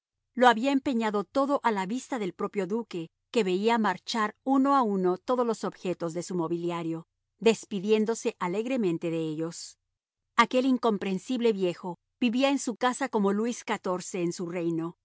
lo había empeñado todo a la vista del propio duque que veía marchar uno a uno todos los objetos de su mobiliario despidiéndose alegremente de ellos aquel incomprensible viejo vivía en su casa como luis xiv en su reino